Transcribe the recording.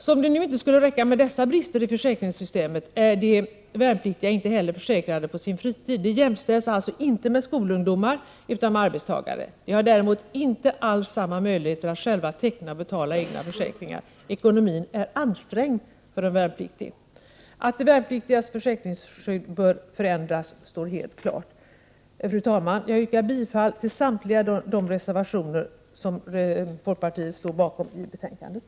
Som det nu inte skulle räcka med dessa brister i försäkringsskyddet är de värnpliktiga inte heller försäkrade på sin fritid. De jämställs alltså inte med skolungdomar utan med arbetstagare. Men de har inte alls en arbetstagares möjlighet att själva teckna och betala egna försäkringar. Ekonomin är ansträngd för en värnpliktig. Att de värnpliktigas försäkringsskydd bör förändras står helt klart. Fru talman! Jag yrkar bifall till samtliga de reservationer som folkpartiet står bakom i betänkandet.